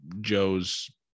Joe's